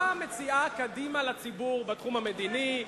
מה קדימה מציעה לציבור בתחום המדיני?